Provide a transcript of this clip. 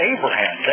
Abraham